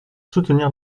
soutenir